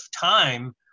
time